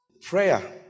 prayer